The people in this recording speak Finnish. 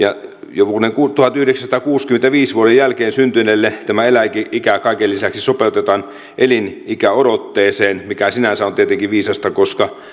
jo vuoden tuhatyhdeksänsataakuusikymmentäviisi jälkeen syntyneille tämä eläkeikä kaiken lisäksi sopeutetaan elinikäodotteeseen mikä sinänsä on tietenkin viisasta koska